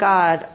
God